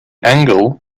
angle